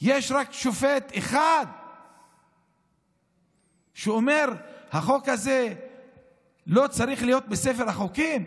יש רק שופט אחד שאומר שהחוק הזה לא צריך להיות בספר החוקים?